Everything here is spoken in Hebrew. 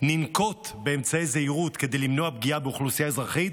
ננקוט אמצעי זהירות כדי למנוע פגיעה באוכלוסייה אזרחית,